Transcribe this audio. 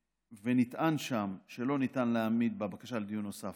נטען שם בבקשה לדיון נוסף